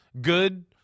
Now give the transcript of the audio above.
good